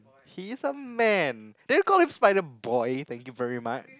he is a man then we call him spider boy thank you very much